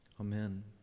Amen